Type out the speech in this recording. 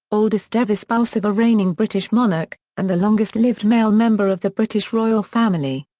oldest-ever spouse of a reigning british monarch, and the longest-lived male member of the british royal family.